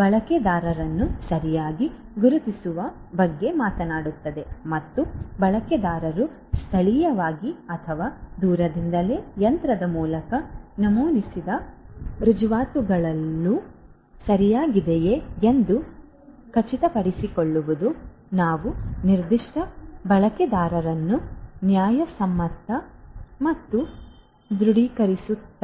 ಬಳಕೆದಾರರನ್ನು ಸರಿಯಾಗಿ ಗುರುತಿಸುವ ಬಗ್ಗೆ ಮಾತನಾಡುತ್ತದೆ ಮತ್ತು ಬಳಕೆದಾರರು ಸ್ಥಳೀಯವಾಗಿ ಅಥವಾ ದೂರದಿಂದಲೇ ಯಂತ್ರದ ಮೂಲಕ ನಮೂದಿಸಿರುವ ರುಜುವಾತುಗಳೆಲ್ಲವೂ ಸರಿಯಾಗಿದೆಯೆ ಎಂದು ಖಚಿತಪಡಿಸಿಕೊಳ್ಳುವುದು ನಾವು ನಿರ್ದಿಷ್ಟ ಬಳಕೆದಾರರನ್ನು ನ್ಯಾಯಸಮ್ಮತ ಎಂದು ಧೃಢೀಕರಿಸುತ್ತಿದ್ದೇವೆ